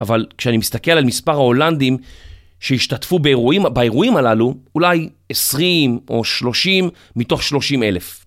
אבל כשאני מסתכל על מספר ההולנדים שהשתתפו באירועים הללו אולי 20 או 30 מתוך 30 אלף.